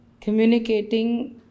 communicating